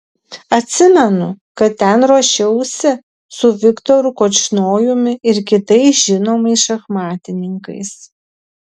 atsimenu kad ten ruošiausi su viktoru korčnojumi ir kitais žinomais šachmatininkais